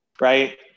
right